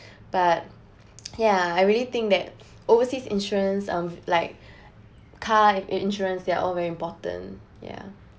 but ya I really think that overseas insurance of like car in~ insurance they are all very important yeah